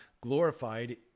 glorified